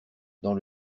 dans